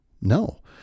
no